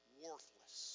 worthless